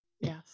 Yes